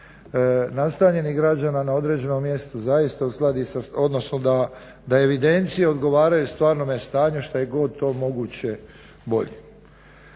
nastanjenih građana na određenom mjestu zaista uskladi, odnosno da evidencije odgovaraju stvarnom stanju što je god to moguće bolje.